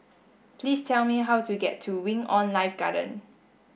please tell me how to get to Wing On Life Garden